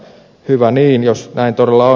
hyvä niin jos näin todella on